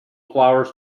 flowers